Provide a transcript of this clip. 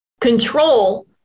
control